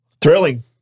thrilling